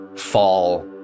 fall